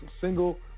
single